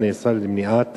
2. מה נעשה למניעת